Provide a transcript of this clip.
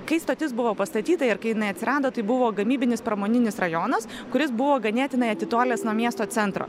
kai stotis buvo pastatyta ir kai jinai atsirado tai buvo gamybinis pramoninis rajonas kuris buvo ganėtinai atitolęs nuo miesto centro